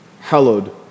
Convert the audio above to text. Hallowed